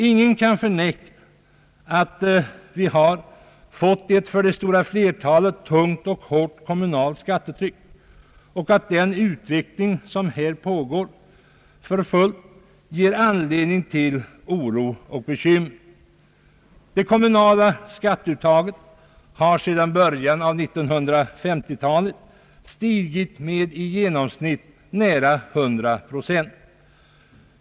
Ingen kan förneka att vi har fått ett för det stora flertalet tungt och hårt kommunalt skattetryck och att den utveckling som här pågår för fullt ger anledning till oro och bekymmer. Det kommunala skatteuttaget har sedan bör Allmänpolitisk debatt jan av 1950-talet stigit med i genomsnitt nära 100 procent.